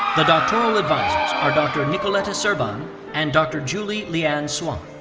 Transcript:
the doctoral advisors are dr. and nicoleta serban and dr. julie leanne swann.